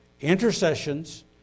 intercessions